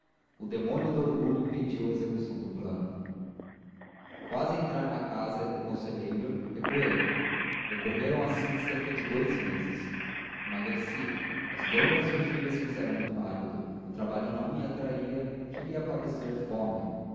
o demônio do orgulho impediu a execução do plano quase a entrar em casa do conselheiro recuei decorreram assim cerca de dois meses emagreci as longas vigílias fizeram-me pálido o trabalho não me atraía cheguei a padecer fome